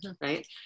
right